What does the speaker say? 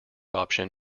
option